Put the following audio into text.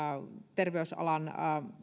terveysalan